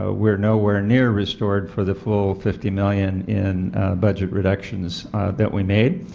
ah we are nowhere near restored for the full fifty million in budget reductions that we made.